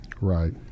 Right